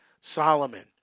Solomon